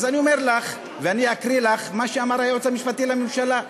אז אני אומר לך ואני אקריא לך מה אמר היועץ המשפטי לממשלה.